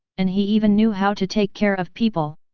and he even knew how to take care of people.